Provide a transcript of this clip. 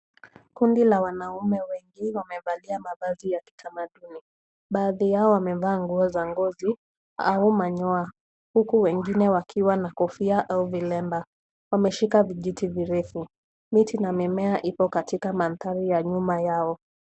Kundi la wanaume wakiwa wamevalia mavazi ya kitamaduni. Baadhi yao wamevalia nguo za ngozi au manyoa huku wengine wakiwa na kofia au vilemba. Wameshika vijiti virefu. Miti na mimea ipo katika mandhari ya nyuma yao.